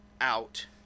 out